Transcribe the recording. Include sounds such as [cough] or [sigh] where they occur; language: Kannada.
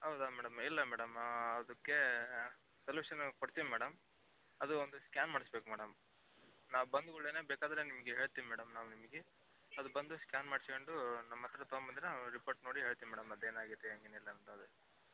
ಹೌದಾ ಮೇಡಮ್ ಇಲ್ಲ ಮೇಡಮ್ ಅದಕ್ಕೆ ಸೊಲ್ಯೂಷನ್ ಕೊಡ್ತೀವಿ ಮೇಡಮ್ ಅದು ಒಂದು ಸ್ಕ್ಯಾನ್ ಮಾಡ್ಸ್ಬೇಕು ಮೇಡಮ್ ನಾವು ಬಂದು ಕೂಡ್ಲೇ ಬೇಕಾದರೆ ನಿಮಗೆ ಹೇಳ್ತೀನಿ ಮೇಡಮ್ ನಾವು ನಿಮಗೆ ಅದು ಬಂದು ಸ್ಕ್ಯಾನ್ ಮಾಡ್ಸ್ಕೊಂಡು ನಮ್ಮ ಹತ್ತಿರ ತಗೋಂಬಂದರೆ ನಾವು ರಿಪೋರ್ಟ್ ನೋಡಿ ಹೇಳ್ತೀನಿ ಮೇಡಮ್ ಅದು ಏನಾಗಿದೆ [unintelligible]